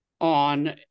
on